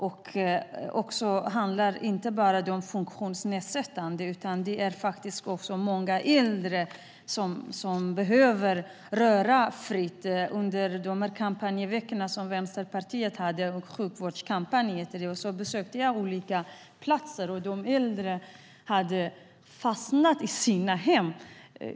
Det handlar inte bara om personer med funktionsnedsättning, utan det är många äldre som också behöver rörelsefrihet. Under Vänsterpartiets sjukvårdskampanj besökte jag olika platser, och jag fick veta att äldre fastnar i sina hem.